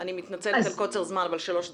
אני מתנצלת על קוצר הזמן, אבל שלוש דקות.